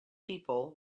people